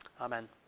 Amen